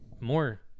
more